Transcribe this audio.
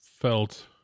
felt